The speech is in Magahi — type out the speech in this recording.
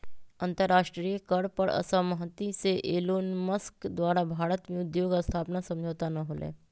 अंतरराष्ट्रीय कर पर असहमति से एलोनमस्क द्वारा भारत में उद्योग स्थापना समझौता न होलय